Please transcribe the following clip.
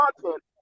content